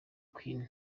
queen